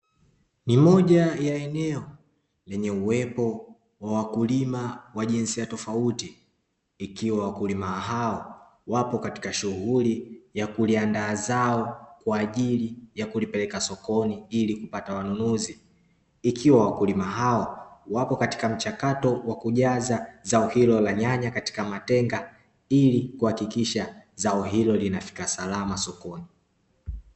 Ni moja ya eneo lenye uwepo wa wakulima wa jinsia ya tofauti ikiwa wakulima hao wapo katika shughuli ya kuliandaa zao kwa ajili ya kulipeleka sokoni ili kupata wanunuzi, ikiwa wakulima hao wako katika mchakato wa kujaza zao hilo la nyanya katika matenga ili kuhakikisha zao hilo linafika salama sokoni.